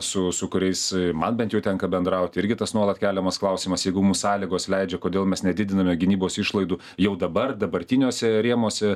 su su kuriais man bent jau tenka bendrauti irgi tas nuolat keliamas klausimas jeigu mums sąlygos leidžia kodėl mes nedidiname gynybos išlaidų jau dabar dabartiniuose rėmuose